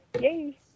Yay